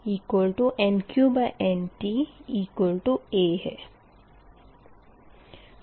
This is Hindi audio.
इसलिए VqVtNqNta है